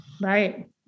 Right